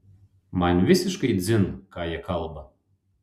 man visiškai dzin ką jie kalba